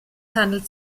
handelt